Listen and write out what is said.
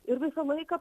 ir visą laiką